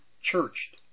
churched